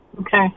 Okay